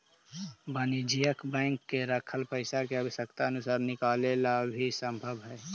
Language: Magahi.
वाणिज्यिक बैंक में रखल पइसा के आवश्यकता अनुसार निकाले ला भी संभव हइ